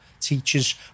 teachers